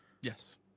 Yes